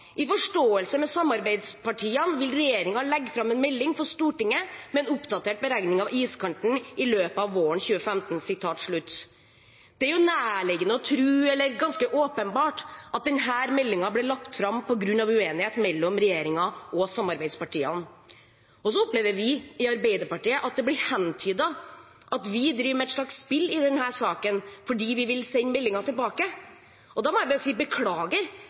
«I forståelse med samarbeidspartiene vil regjeringen legge frem en melding for Stortinget med en oppdatert beregning av iskanten i løpet av våren 2015.» Det er nærliggende å tro – eller ganske åpenbart – at denne meldingen ble lagt fram på grunn av uenighet mellom regjeringen og samarbeidspartiene. Så opplever vi i Arbeiderpartiet at det blir hentydet at vi driver med et slags spill i denne saken fordi vi vil sende meldingen tilbake. Da må jeg bare si: Beklager,